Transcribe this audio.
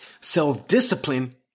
Self-discipline